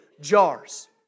jars